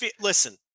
listen